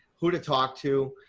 who to talk to.